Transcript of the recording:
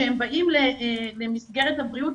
כשהם באים למסגרת הבריאות,